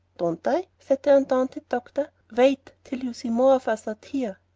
don't i? said the undaunted doctor. wait till you see more of us out here.